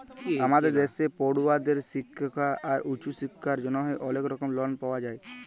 আমাদের দ্যাশে পড়ুয়াদের শিক্খা আর উঁচু শিক্খার জ্যনহে অলেক রকম লন পাওয়া যায়